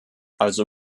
also